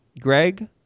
Greg